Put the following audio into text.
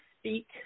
speak